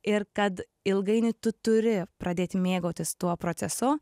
ir kad ilgainiui tu turi pradėti mėgautis tuo procesu